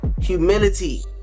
humility